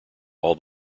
all